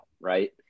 right